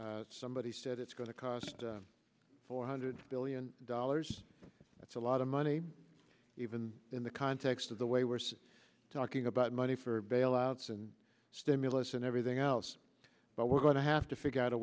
somebody said it's going to cost four hundred billion dollars that's a lot of money even in the context of the way we're talking about money for bailouts and stimulus and everything else but we're going to have to figure out a